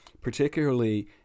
particularly